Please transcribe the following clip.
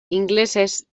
ingelesez